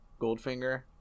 Goldfinger